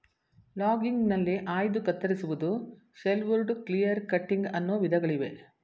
ಲಾಗಿಂಗ್ಗ್ನಲ್ಲಿ ಆಯ್ದು ಕತ್ತರಿಸುವುದು, shelterwood, clear cutting ಅನ್ನೋ ವಿಧಗಳಿವೆ